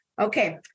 Okay